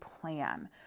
plan